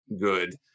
good